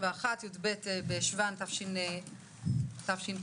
י"ב בחשון תשפ"ב,